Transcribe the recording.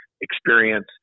experience